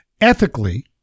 Ethically